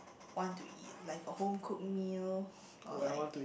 want to eat like a home cooked meal or like